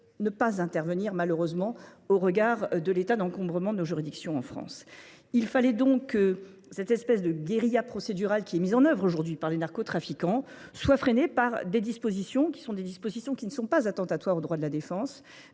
ne pas intervenir malheureusement au regard de l'état d'encombrement de nos juridictions en France. Il fallait donc que cette espèce de guérilla procédurale qui est mise en œuvre aujourd'hui par les narcotraffiquants soit freinée par des dispositions qui ne sont pas attentatoires au droit de la défense